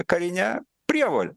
karine prievole